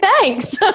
thanks